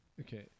Okay